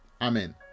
Amen